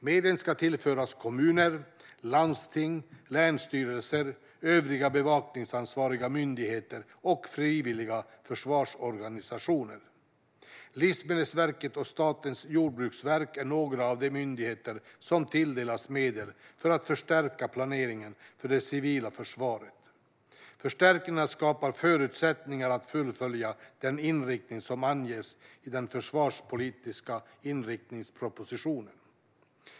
Medlen ska tillföras kommuner, landsting, länsstyrelser, övriga bevakningsansvariga myndigheter och frivilliga försvarsorganisationer. Livsmedelsverket och Statens jordbruksverk är ett par av de myndigheter som tilldelas medel för att förstärka planeringen för det civila försvaret. Förstärkningarna skapar förutsättningar att fullfölja den inriktning som anges i den försvarspolitiska inriktningspropositionen.